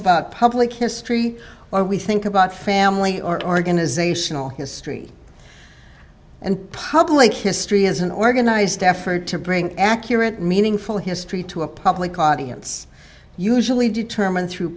about public history or we think about family organizational history and public history as an organized effort to bring accurate meaningful history to a public audience usually determine through